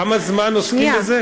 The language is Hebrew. כמה זמן עוסקים בזה?